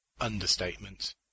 understatement